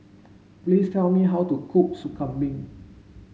please tell me how to cook Sop Kambing